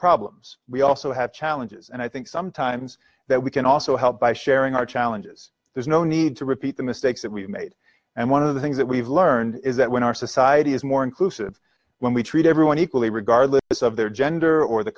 problems we also have challenges and i think sometimes that we can also help by sharing our challenges there's no need to repeat the mistakes that we've made and one of the things that we've learned is that when our society is more inclusive when we treat everyone equally regardless of their gender or the